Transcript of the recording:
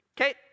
Okay